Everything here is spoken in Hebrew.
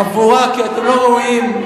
חבורה, כי אתם לא ראויים,